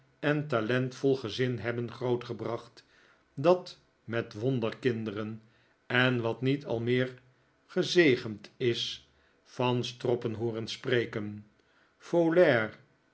en talentvol gezin hebben grootgebracht dat met wonderkinderen en wat niet al meer gezegend is van stroppen hooren spreken folair